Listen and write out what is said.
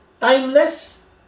timeless